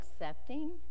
accepting